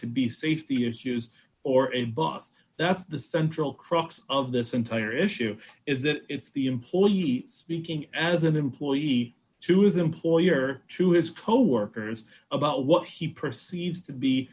to be safety issues or embossed that's the central crux of this entire issue is that it's the employee speaking as an employee to his employer to his coworkers about what he perceives to be